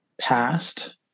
past